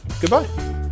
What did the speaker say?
goodbye